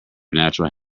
natural